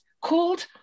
called